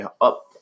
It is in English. up